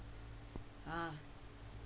ah